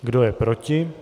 Kdo je proti?